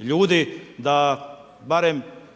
ljudi, da barem